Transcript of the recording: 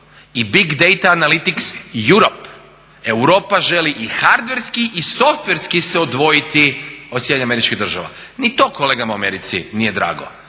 i big data analytic Europe. Europa želi i hardverski i softverski se odvojiti od Sjedinjenih Američkih Država. Ni to kolegama u Americi nije drago.